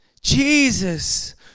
Jesus